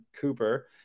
cooper